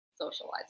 socialize